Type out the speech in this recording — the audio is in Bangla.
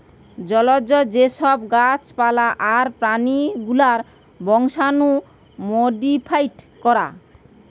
জলজ যে সব গাছ পালা আর প্রাণী গুলার বংশাণু মোডিফাই করা